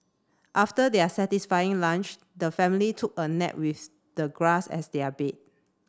after their satisfying lunch the family took a nap with the grass as their bed